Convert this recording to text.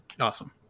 awesome